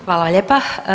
Hvala lijepa.